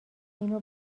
اینو